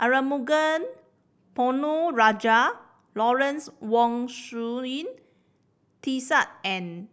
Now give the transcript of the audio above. Arumugam Ponnu Rajah Lawrence Wong Shyun Tsai and